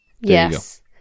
yes